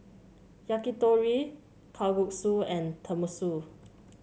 Yakitori Kalguksu and Tenmusu